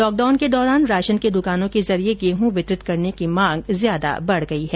lockdown के दौरान राशन की दुकानों के जरिए गेहूं वितरित करने की मांग ज्यादा बढ़ गयी है